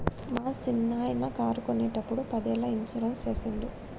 మా సిన్ననాయిన కారు కొన్నప్పుడు పదేళ్ళ ఇన్సూరెన్స్ సేసిండు